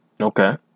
Okay